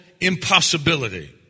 impossibility